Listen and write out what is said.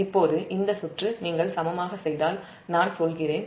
இப்போது இந்த சுற்று நீங்கள் சமமாக செய்தால் நான் சொல்கிறேன்